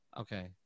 Okay